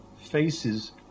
faces